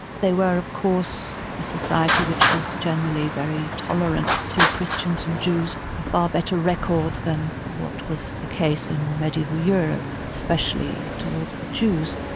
they were of course a society which was generally very tolerant to christians and jews, a far better record than what was the case in mediaeval europe, especially towards the jews.